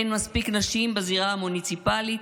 אין מספיק נשים בזירה המוניציפלית,